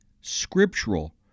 scriptural